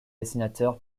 dessinateur